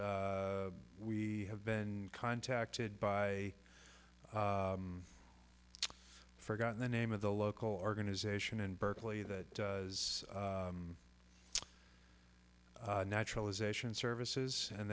we have been contacted by forgotten the name of the local organization in berkeley that does naturalization services and